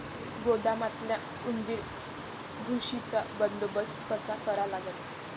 गोदामातल्या उंदीर, घुशीचा बंदोबस्त कसा करा लागन?